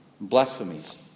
blasphemies